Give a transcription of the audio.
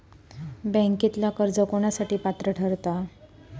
बँकेतला कर्ज कोणासाठी पात्र ठरता?